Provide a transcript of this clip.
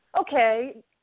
okay